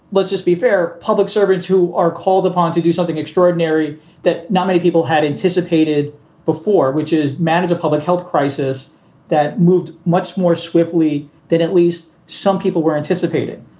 let's just be fair, public servants who are called upon to do something extraordinary that not many people had anticipated before, which is manage a public health crisis that moved much more swiftly than at least some people were anticipated.